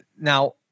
now